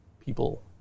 people